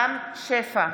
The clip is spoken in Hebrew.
רם שפע,